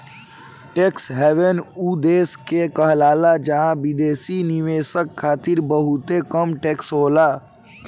tax haven उ देश के कहाला जहां विदेशी निवेशक खातिर बहुते कम टैक्स होला